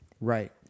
Right